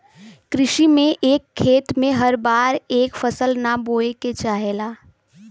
कृषि में एक खेत में हर बार एक फसल ना बोये के चाहेला